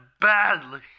badly